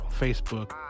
Facebook